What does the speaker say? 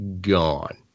gone